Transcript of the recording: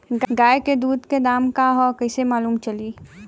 गाय के दूध के दाम का ह कइसे मालूम चली?